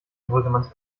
brüggemanns